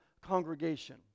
congregation